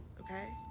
okay